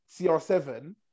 CR7